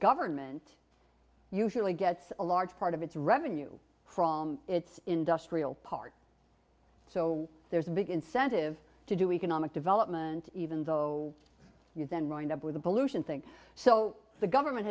government usually gets a large part of its revenue from its industrial part so there's a big incentive to do economic development even though you've been running up with the pollution thing so the government